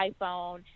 iPhone